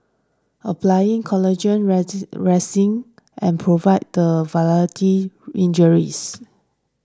applying collagenand and provide the variety injuries